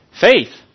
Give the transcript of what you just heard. Faith